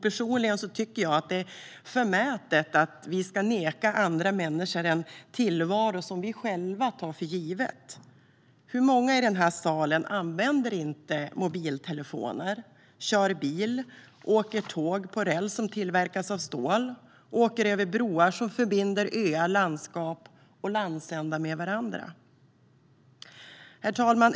Personligen tycker jag att det är förmätet att vi ska neka andra människor en tillvaro som vi själva tar för given. Hur många i den här salen använder inte mobiltelefoner, kör bil, åker tåg på räls som tillverkats av stål och åker över broar som förbinder öar, landskap och landsändar med varandra? Herr talman!